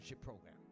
program